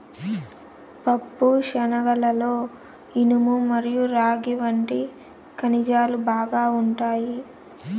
పప్పుశనగలలో ఇనుము మరియు రాగి వంటి ఖనిజాలు బాగా ఉంటాయి